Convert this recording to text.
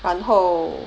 然后